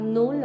no